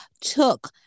took